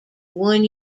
one